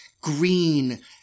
green